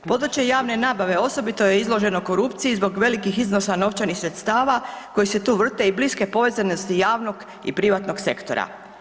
Područje javne nabave osobito je izloženo korupciji zbog velikih iznosa novčanih sredstava koji se tu vrte i bliske povezanosti javnog i privatnog sektora.